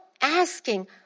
Asking